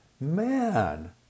man